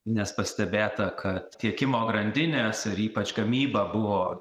nes pastebėta kad tiekimo grandinės ir ypač gamyba buvo